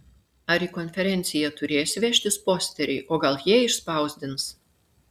ar į konferenciją turėsi vežtis posterį o gal jie išspausdins